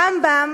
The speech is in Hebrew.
הרמב"ם